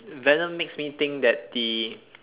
venom makes me think that the